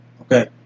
Okay